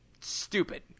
stupid